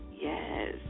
Yes